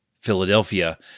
Philadelphia